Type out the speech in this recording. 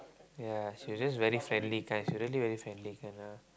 ya she just very friendly kind she really friendly kind lah